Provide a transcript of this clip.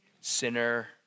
Sinner